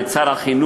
את שר החינוך,